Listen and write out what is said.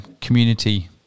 community